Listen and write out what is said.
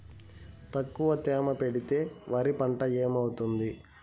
తక్కువ తేమ పెడితే వరి పంట ఏమవుతుంది